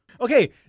Okay